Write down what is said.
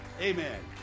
Amen